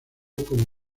como